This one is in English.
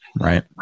Right